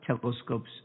telescopes